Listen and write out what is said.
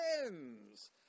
friends